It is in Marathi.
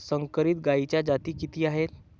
संकरित गायीच्या जाती किती आहेत?